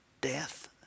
Death